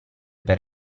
per